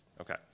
Okay